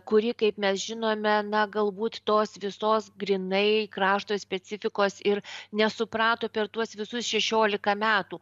kuri kaip mes žinome na galbūt tos visos grynai krašto specifikos ir nesuprato per tuos visus šešiolika metų